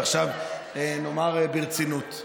עכשיו נאמר ברצינות.